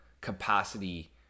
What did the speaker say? capacity